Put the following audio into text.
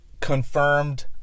confirmed